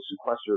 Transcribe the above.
sequestered